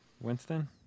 Winston